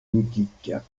boutiques